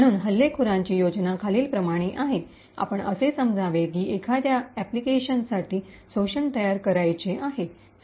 म्हणून हल्लेखोरांची योजना खालीलप्रमाणे आहे आपण असे म्हणावे की एखाद्या अनुप्रयोगासाठी अॅप्लिकेशन application शोषण तयार करायचे आहे